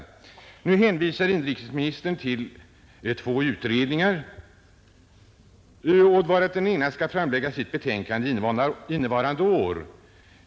Inrikesministern hänvisar till två utredningar, varav den ena skall framlägga sitt betänkande innevarande år.